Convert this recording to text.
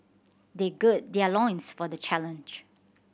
they gird their loins for the challenge